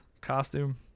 costume